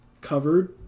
covered